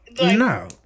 no